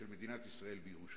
מדינת ישראל בירושלים.